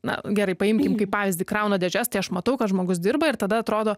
na gerai paimkim kaip pavyzdį krauna dėžes tai aš matau kad žmogus dirba ir tada atrodo